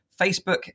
facebook